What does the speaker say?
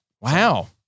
Wow